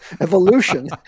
evolution